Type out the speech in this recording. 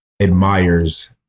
admires